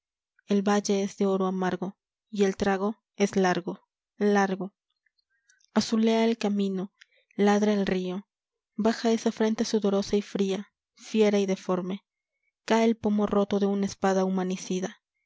el valle es de oro amargo largo largo y el trago es azulea el camino ladra el río baja esa frente sudorosa y fría fiera y deforme cae el pomo roto de una espada